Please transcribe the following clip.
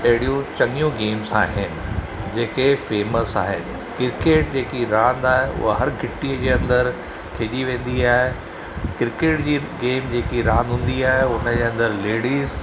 अहिड़ियूं चङियूं गेम्स आहिनि जेके फेमस आहिनि क्रिकेट जेकी रांदि आहे उहो हर घिटीअ जे अंदरु खेॾी वेंदी आहे क्रिकेट जी गेम जेकी रांदि हूंदी आहे हुनजे अंदरु लेडीज़